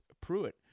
Pruitt